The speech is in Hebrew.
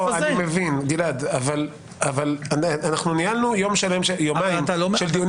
אני חושב אחרת והיו לנו דיונים ארוכים